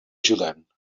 ajudant